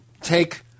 take